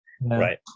right